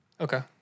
okay